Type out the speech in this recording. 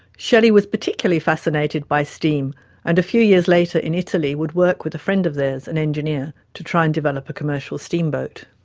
shelley was particularly fascinated by steam and a few years later in italy, would work with a friend of theirs, an engineer, to try and develop a commercial steam boat.